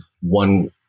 One